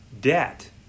debt